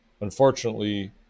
unfortunately